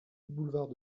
boulevard